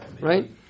right